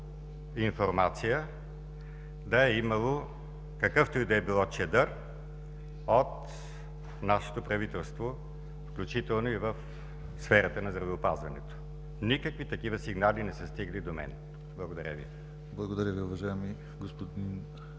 да е имало какъвто и да било чадър от нашето правителство, включително и в сферата на здравеопазването. Никакви такива сигнали не са стигали до мен. Благодаря Ви. ПРЕДСЕДАТЕЛ ДИМИТЪР ГЛАВЧЕВ: Благодаря